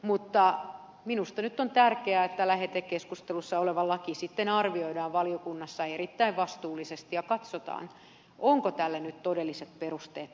mutta minusta nyt on tärkeää että lähetekeskustelussa oleva laki sitten arvioidaan valiokunnassa erittäin vastuullisesti ja katsotaan onko tälle esitykselle nyt todelliset perusteet